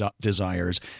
desires